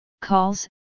calls